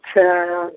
Siyaram